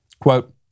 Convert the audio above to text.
Quote